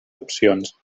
opcions